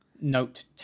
Note